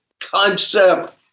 concept